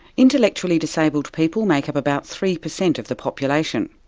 intellectually disabled people make up about three per cent of the population,